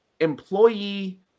employee